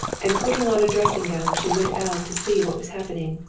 and putting on a dressing gown she went out to see what was happening.